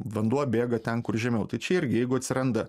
vanduo bėga ten kur žemiau tai čia irgi jeigu atsiranda